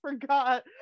forgot